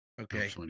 okay